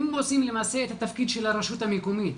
הם עושים למעשה את התפקיד של הרשות המקומית.